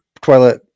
Twilight